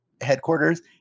headquarters